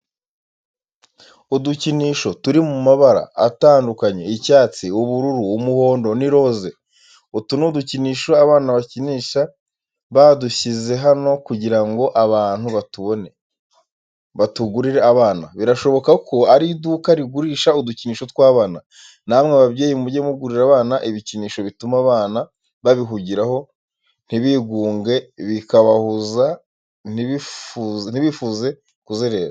Udukinisho turi mu mabara atandukanye, icyatsi, ubururu, umuhondo n'iroze, utu ni udukinisho abana bakinisha badushyize hano kugira ngo abantu batubone, batugurire abana. Birashoboka ko ari iduka rigurisha udukinisho tw'abana. Namwe babyeyi mujye mugurira abana ibikinisho bituma abana babihugiraho ntibigunge bikabahuza ntibifuze kuzerera.